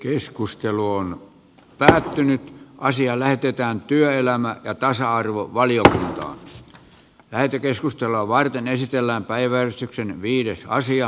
keskustelu on väläytelty asia lähetetään väkivallasta ja tasa arvo paljoa käyty keskustelua varten esitellään päiväystyksen pyytää apua